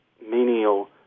menial